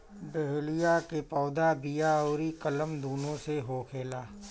dahlia के पौधा बिया अउरी कलम दूनो से होखेला